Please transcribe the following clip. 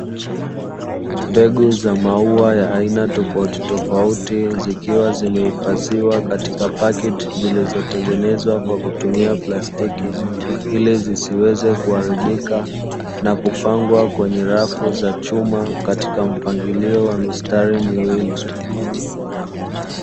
Mbegu za maua ya aina tofautitofauti zikiwa zimehifadhiwa katika pakiti zilizotengenezwa kwa kutumia plastiki, ili zisiweze kuharibika na kupangwa kwenye rafu za chuma katika mpangilio wa mistari miwili.